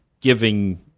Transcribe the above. giving